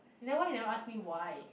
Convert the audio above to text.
you never why you never ask me why